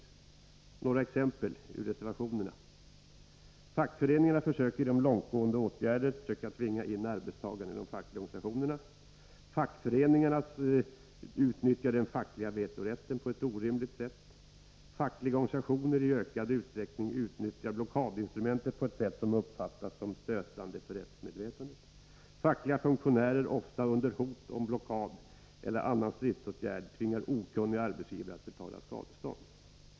Jag kan ta några exempel ur reservationerna: Fackföreningarna försöker genom långtgående åtgärder tvinga in arbetstagarna i de fackliga organisationerna. Fackföreningarna utnyttjar den fackliga vetorätten på ett orimligt sätt. Fackliga organisationer utnyttjar i ökande utsträckning blockadinstrumentet på ett sätt som uppfattas som stötande för rättsmedvetandet. Fackliga funktionärer tvingar ofta under hot om blockad eller annan stridsåtgärd okunniga arbetsgivare att betala skadestånd.